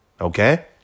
Okay